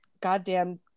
goddamn